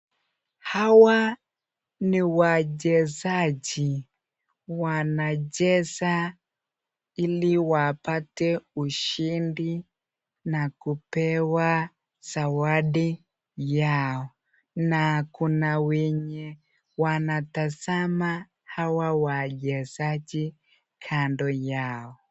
Hawa ni wachezaji wanacheza ili wapate ushindi na kupewa zawadi yao na kuna wenye wanatazama hawa wachezaji kando yao.